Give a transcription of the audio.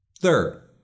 Third